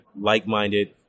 like-minded